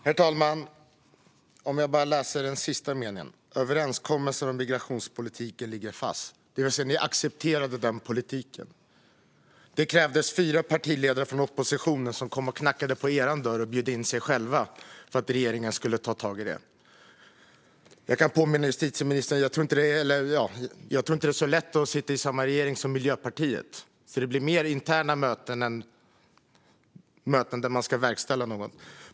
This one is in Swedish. Herr talman! Jag läser den näst sista meningen igen: "Överenskommelsen om migrationspolitiken ligger fast." Ni accepterade alltså den politiken. Det krävdes fyra partiledare från oppositionen som kom och knackade på er dörr och bjöd in sig själva för att regeringen skulle ta tag i det. Jag tror inte att det är så lätt att sitta i samma regering som Miljöpartiet. Det blir mer interna möten än möten där man ska verkställa något.